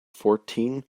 fourteen